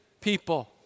people